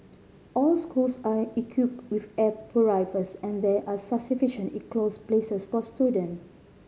all schools are equipped with air purifiers and there are sufficient enclosed places for student